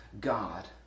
God